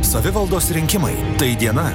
savivaldos rinkimai tai diena